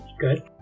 Good